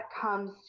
comes